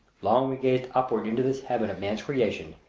long we gazed upward into this heaven of man's creation,